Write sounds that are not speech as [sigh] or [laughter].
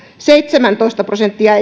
seitsemäntoista prosenttia [unintelligible]